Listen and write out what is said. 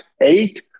eight